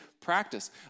practice